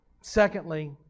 Secondly